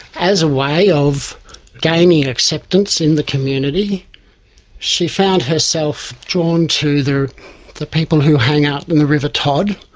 as a way of gaining acceptance in the community she found herself drawn to the the people who hang out by and the river todd,